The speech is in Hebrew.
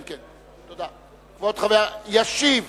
ישיב